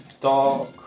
Dark